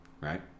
right